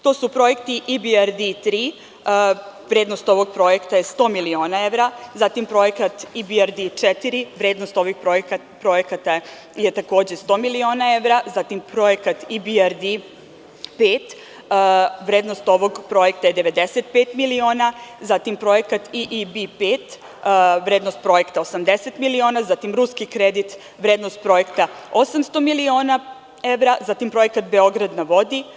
To su Projekti IBRD 3, vrednost ovog projekta je 100 miliona evra, a zatim Projekat IBRD 4, vrednost ovog projekta je takođe 100 miliona evra, zatim Projekat IBRD 5, vrednost ovog projekta je 95 miliona evra, zatim Projekat IIB 5, vrednost ovog projekta je 80 miliona evra, zatim ruski kredit, vrednost ovog projekta je 800 miliona evra, zatim Projekat „Beograd na vodi“